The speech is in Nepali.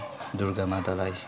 दुर्गा मातालाई